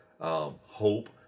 Hope